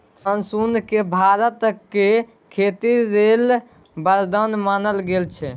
monsoon केँ भारतक खेती लेल बरदान मानल गेल छै